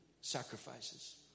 sacrifices